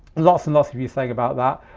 lots and lots of you saying about that.